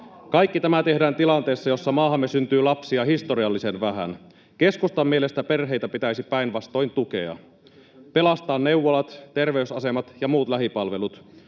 Kaikki tämä tehdään tilanteessa, jossa maahamme syntyy lapsia historiallisen vähän. Keskustan mielestä perheitä pitäisi päinvastoin tukea, pelastaa neuvolat, terveysasemat ja muut lähipalvelut,